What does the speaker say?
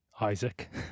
isaac